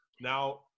Now